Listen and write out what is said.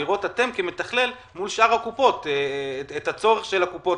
לראות אתם כמתכלל מול שאר הקופות את הצורך של הקופות